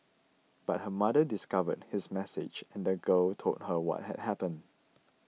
but her mother discovered his message and the girl told her what had happened